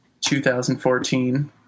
2014